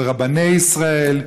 של רבני ישראל,